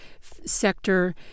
sector